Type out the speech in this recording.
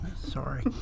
sorry